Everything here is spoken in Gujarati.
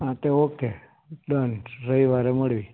હા તે ઓકે ડન રવિવારે મળીએ